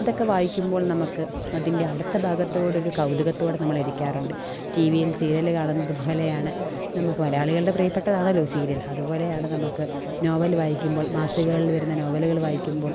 ഇതൊക്കെ വായിക്കുമ്പോൾ നമുക്ക് അതിൻ്റെ അടുത്ത ഭാഗത്തോടൊര് കൗതകത്തോട് നമ്മളിരിക്കാറുണ്ട് ടീവിയിൽ സീരിയല് കാണുന്നത് പോലെയാണ് നമുക്ക് മലയാളികളുടെ പ്രിയപ്പെട്ടതാണല്ലൊ സീരിയൽ അതുപോലെയാണ് നമുക്ക് നോവല് വായിക്കുമ്പോൾ മാസികകളിൽ വരുന്ന നോവലുകള് വായിക്കുമ്പോൾ